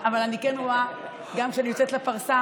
אבל אני כן רואה, גם כשאני יוצאת לפרסה,